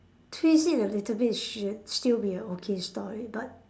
twist it a little bit should still be a okay story but